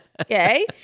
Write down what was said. Okay